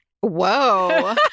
Whoa